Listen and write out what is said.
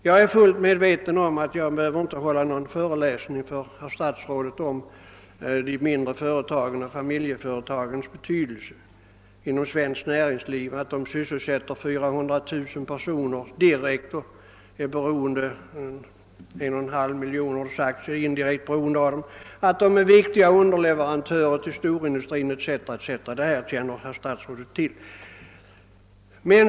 Jag är fullt medveten om att jag inte behöver hålla någon föreläsning för herr statsrådet om de mindre företagens och familjeföretagens betydelse inom svenskt näringsliv. Att 400 000 personer är direkt beroende och en och en halv miljoner indirekt beroende av dem, att de är viktiga underleverantörer till storindustrin o.s.v. känner statsrådet till.